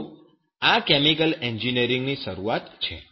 તો આ કેમિકલ એન્જિનિયરિંગની શરૂઆત છે